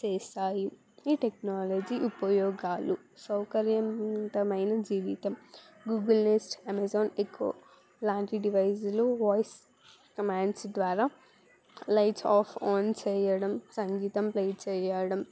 చేశాయి ఈ టెక్నాలజీ ఉపయోగాలు సౌకర్యంతమైన జీవితం గూగుల్ నెస్ట్ అమెజాన్ ఎకో లాంటి డివైసులు వాయిస్ కమాండ్స్ ద్వారా లైట్స్ ఆఫ్ ఆన్ చేయడం సంగీతం ప్లే చేయడం